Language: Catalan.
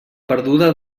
perduda